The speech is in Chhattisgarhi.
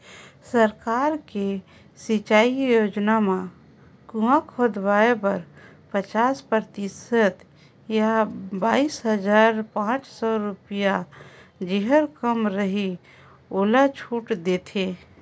सरकार के सिंचई योजना म कुंआ खोदवाए बर पचास परतिसत य बाइस हजार पाँच सौ रुपिया जेहर कम रहि ओला छूट देथे